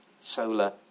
solar